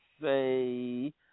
say